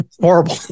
Horrible